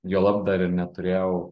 juolab dar ir neturėjau